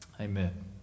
Amen